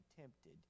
tempted